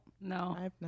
No